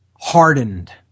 hardened